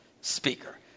speaker